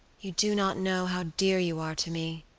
you do not know how dear you are to me,